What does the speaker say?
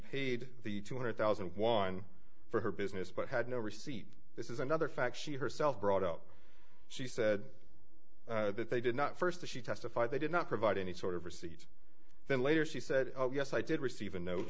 paid the two hundred thousand and one for her business but had no receipt this is another fact she herself brought up she said that they did not first to she testify they did not provide any sort of receipt then later she said yes i did receive a note